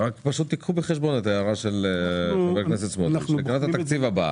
קחו בחשבון את ההערה של חבר הכנסת סמוטריץ' לקראת התקציב הבא.